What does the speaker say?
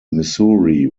missouri